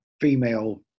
female